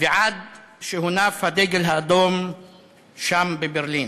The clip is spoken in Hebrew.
ועד שהונף הדגל האדום שם בברלין.